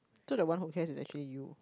so the one who cares is actually you